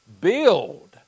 build